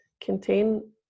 contain